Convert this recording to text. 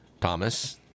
Thomas